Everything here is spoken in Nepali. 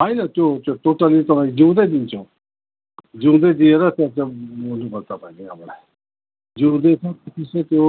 होइन त्यो त्यो टोटल्ली त जिउँदै दिन्छौँ जिउँदै दिएर त्यसलाई तपाईँले अब जिउँदै छ त्यो